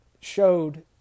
showed